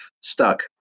stuck